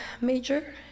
major